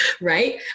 right